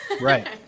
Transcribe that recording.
right